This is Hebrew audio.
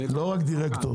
לא רק דירקטור.